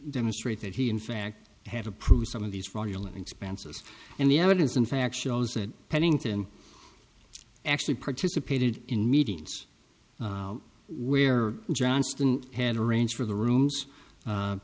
demonstrate that he in fact had approved some of these fraudulent expenses and the evidence in fact shows that pennington actually participated in meetings where johnston had arranged for the rooms